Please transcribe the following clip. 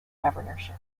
governorship